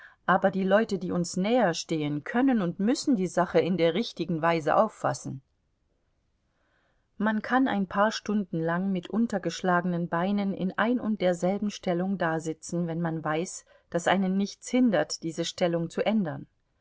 aber die leute die uns näherstehen können und müssen die sache in der richtigen weise auffassen man kann ein paar stunden lang mit untergeschlagenen beinen in ein und derselben stellung dasitzen wenn man weiß daß einen nichts hindert diese stellung zu ändern